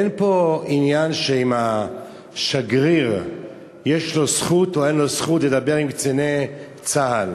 אין פה עניין אם לשגריר יש זכות או אין זכות לדבר עם קציני צה"ל.